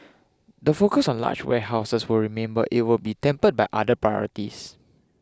the focus on large warehouses will remain but it will be tempered by other priorities